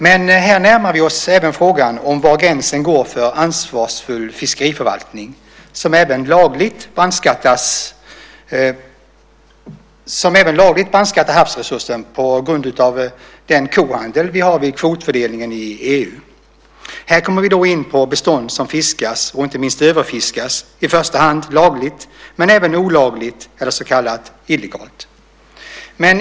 Vi närmar oss även frågan om var gränsen går för ansvarsfull fiskeriförvaltning som även lagligt brandskattar havsresursen på grund av den kohandel vi har vid kvotfördelningen i EU. Här kommer vi in på bestånd som fiskas - inte minst överfiskas - i första hand lagligt men även olagligt eller så kallat illegalt.